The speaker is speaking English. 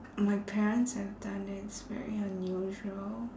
my parents have done that's very unusual